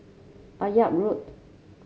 Akyab Road